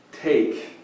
take